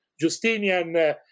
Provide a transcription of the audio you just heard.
Justinian